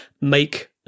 make